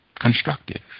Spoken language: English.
constructive